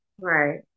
Right